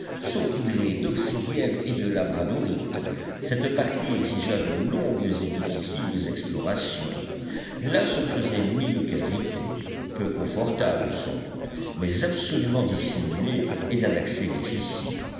saupoudrées d'obsidiennes et de labradorites cette partie exigea de longues et difficiles explorations là se creusaient mille cavités peu confortables sans doute mais absolument dissimulées et d'un accès difficile